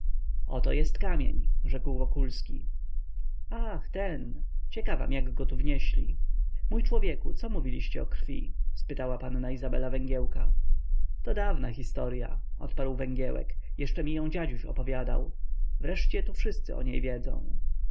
oto jest kamień rzekł wokulski ach ten ciekawam jak go tu wnieśli mój człowieku co mówiliście o krwi spytała panna izabela węgiełka to dawna historya odparł węgiełek jeszcze mi ją dziaduś opowiadał wreszcie tu wszyscy o niej wiedzą